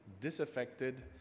disaffected